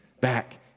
back